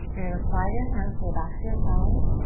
you're gonna slide your hands to the backs of your thighs.